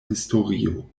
historio